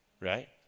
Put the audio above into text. right